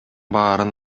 баарын